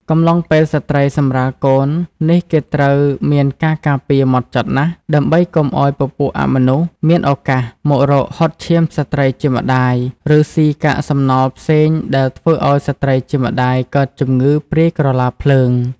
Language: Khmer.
កំឡុងពេលស្ត្រីសម្រាលកូននេះគេត្រូវមានការការពារហ្មត់ចត់ណាស់ដើម្បីកុំឲ្យពពួកអមនុស្សមានឱកាសមករកហុតឈាមស្ត្រីជាម្តាយឬសុីកាកសំណល់ផ្សេងដែលធ្វើឲ្យស្រ្តីជាម្តាយកើតជំងឺព្រាយក្រឡាភ្លើង